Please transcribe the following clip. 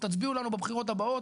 תצביעו לנו בבחירות הבאות.